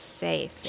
safe